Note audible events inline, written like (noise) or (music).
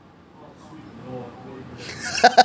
(laughs)